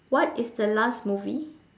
what is the last movie